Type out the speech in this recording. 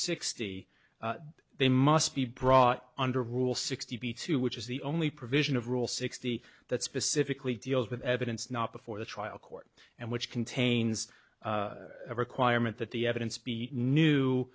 sixty they must be brought under rule sixty two which is the only provision of rule sixty that specifically deals with evidence not before the trial court and which contains a requirement that the evidence be new